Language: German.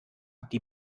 die